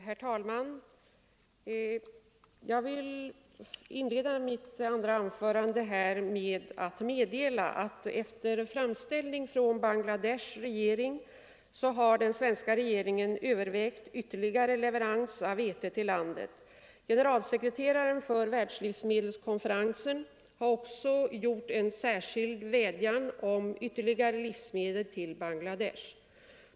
Herr talman! Jag vill inleda mitt andra anförande här med att meddela att efter framställning från regeringen i Bangladesh har den svenska regeringen övervägt ytterligare leverans av vete till landet. Generalsekreteraren för världslivsmedelskonferensen har också särskilt vädjat om ytterligare livsmedel till Bangladesh.